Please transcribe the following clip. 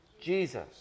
Jesus